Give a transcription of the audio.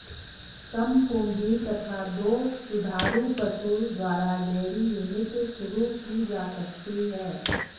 कम पूंजी तथा दो दुधारू पशु द्वारा डेयरी यूनिट शुरू की जा सकती है